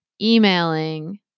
emailing